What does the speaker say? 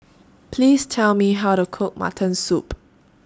Please Tell Me How to Cook Mutton Soup